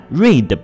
read